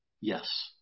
Yes